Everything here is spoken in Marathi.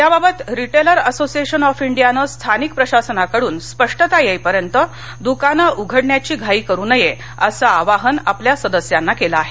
याबाबत रिटेलर असोसिएशन ऑफ इंडियानं स्थानिक प्रशासनाकडून स्पष्टता येईपर्यंत द्कान उघडण्याची घाई करू नये असं आवाहन आपल्या सदस्यांना केल आहे